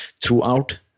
throughout